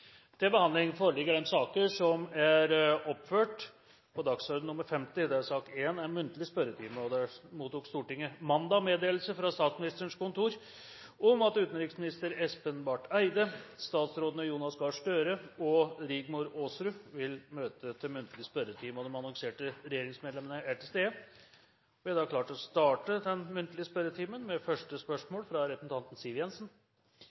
mottok mandag meddelelse fra Statsministerens kontor om at utenriksminister Espen Barth Eide og statsrådene Jonas Gahr Støre og Rigmor Aasrud vil møte til muntlig spørretime. De annonserte regjeringsmedlemmene er til stede, og vi er klare til å starte den muntlige spørretimen. Vi starter med første hovedspørsmål, fra representanten Siv Jensen.